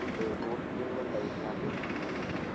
दो दो तीन दिन लगेंगे आपके घर आने में